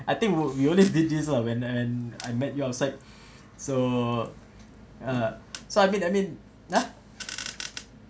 I think would we only did ah when and when I met you outside so uh so I mean I mean ah